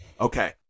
Okay